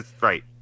right